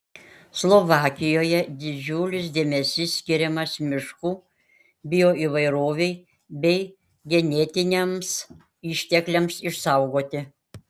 slovakijoje didžiulis dėmesys skiriamas miškų bioįvairovei bei genetiniams ištekliams išsaugoti